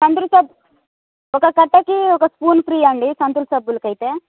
Santoor soap ఒక కట్టకి ఒక స్పూన్ ఫ్రీ అండి సంతూర్ సబ్బులకైతే